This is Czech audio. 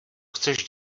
chceš